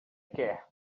quer